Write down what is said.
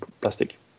plastic